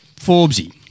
Forbesy